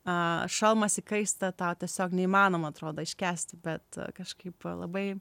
šalmas įkaista tau tiesiog neįmanoma atrodo iškęsti bet kažkaip labai